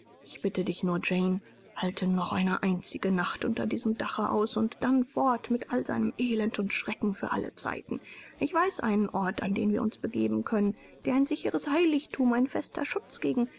ich bitte dich nur jane halte noch eine einzige nacht unter diesem dache aus und dann fort mit all seinem elend und schrecken für alle zeiten ich weiß einen ort an den wir uns begeben können der ein sicheres heiligtum ein fester schutz gegen